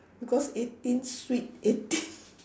because eighteen sweet eighteen